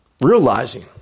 realizing